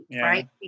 right